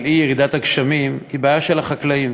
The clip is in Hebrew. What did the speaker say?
אי-ירידת הגשמים היא בעיה של החקלאים.